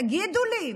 תגידו לי,